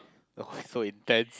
oh so intense